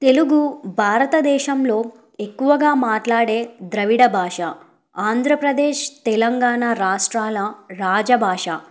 తెలుగు భారతదేశంలో ఎక్కువగా మాట్లాడే ద్రవిడ భాష ఆంధ్రప్రదేశ్ తెలంగాణ రాష్ట్రాల రాజభాష